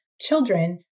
children